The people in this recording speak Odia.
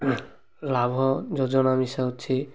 ଲାଭ ଯୋଜନା ମିଶାଉଛି